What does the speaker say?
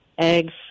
eggs